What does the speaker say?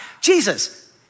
Jesus